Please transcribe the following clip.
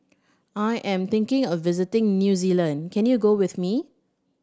I am thinking of visiting New Zealand can you go with me